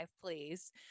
please